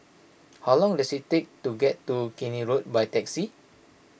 how long does it take to get to Keene Road by taxi